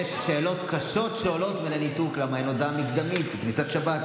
יש שאלות קשות שעולות על הניתוק: למה אין הודעה מקדמית בכניסת שבת,